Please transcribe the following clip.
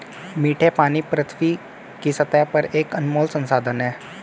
मीठे पानी पृथ्वी की सतह पर एक अनमोल संसाधन है